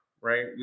right